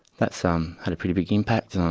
that's um had a pretty big impact.